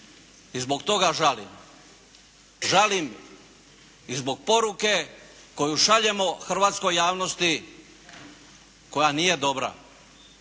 I zbog toga žalim, žalim i zbog poruke koju šaljemo hrvatskoj javnosti koja nije dobra.